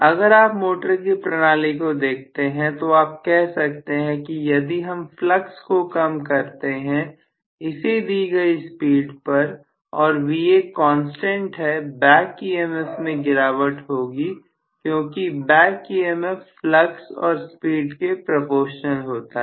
अगर आप मोटर की प्रणाली को देखते हैं तो आप कह सकते हैं कि यदि हम फ्लक्स को कम करते हैं इसी दी गई स्पीड पर और Va कांस्टेंट है बैक EMF में गिरावट होगी क्योंकि बैक EMF फ्लक्स और स्पीड के प्रपोशनल होता है